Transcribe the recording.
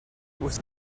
was